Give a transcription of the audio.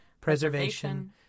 preservation